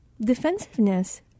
Defensiveness